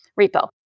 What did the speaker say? repo